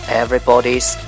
everybody's